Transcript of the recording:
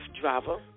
driver